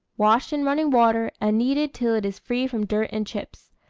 washed in running water, and kneaded till it is free from dirt and chips.